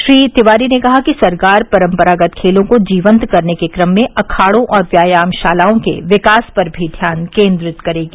श्री तिवारी ने कहा कि सरकार परम्परागत खेलों को जीवन्त करने के क्रम में अखाड़ों और व्यायामशालाओं के विकास पर भी ध्यान केन्द्रित करेगी